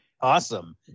Awesome